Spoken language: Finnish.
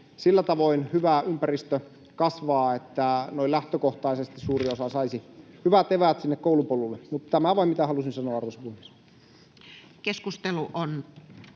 sillä tavoin hyvä ympäristö kasvaa, että noin lähtökohtaisesti suuri osa saisi hyvät eväät sinne koulupolulle. Tämän vain halusin sanoa, arvoisa puhemies.